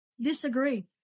Disagree